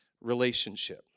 relationship